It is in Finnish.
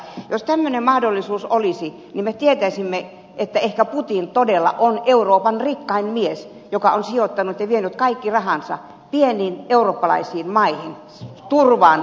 jos tämmöinen mahdollisuus olisi me tietäisimme että ehkä putin todella on euroopan rikkain mies joka on sijoittanut ja vienyt kaikki rahansa pieniin eurooppalaisiin maihin turvaan venäjältä